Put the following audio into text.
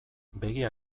begia